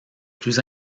plus